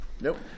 Nope